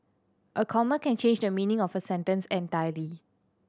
a comma can change the meaning of a sentence entirely